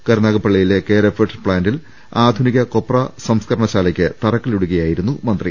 കരുനാഗപ്പള്ളിയിലെ കേരഫെഡ് പ്ലാന്റിൽ ആധുനിക കൊപ്ര സംസ്കരണശാലയ്ക്ക് തറക്കല്ലിടുകയായി രുന്നു മന്ത്രി